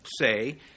say